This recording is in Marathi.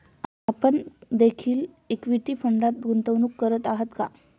आपण देखील इक्विटी फंडात गुंतवणूक करत आहात का?